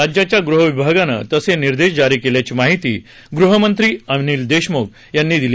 राज्याच्या गृहविभागानं तसे निर्देश जारी केल्याची माहिती गृहमंत्री अनिल देशमुख यांनी दिली